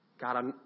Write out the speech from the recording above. God